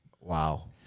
Wow